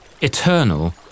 eternal